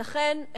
ולכן,